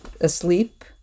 asleep